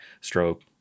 stroke